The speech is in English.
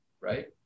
right